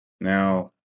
now